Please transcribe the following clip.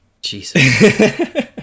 Jesus